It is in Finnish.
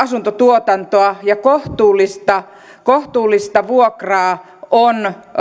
asuntotuotantoa ja kohtuullista kohtuullista vuokraa on